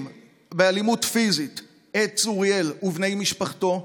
באלימות פיזית את צוריאל ובני משפחתו.